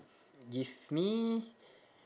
if me